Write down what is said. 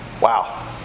wow